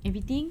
everything